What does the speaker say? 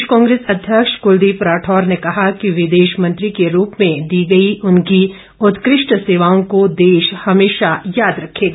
प्रदेश कांग्रेस अध्यक्ष कुलदीप राठौर ने कहा कि विदेश मंत्री के रूप में दी गई उनकी उत्कृष्ट सेवाओं को देश हमेशा याद रखेगा